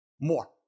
More